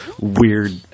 weird